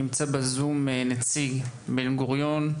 נמצא בזום נציג בן גוריון,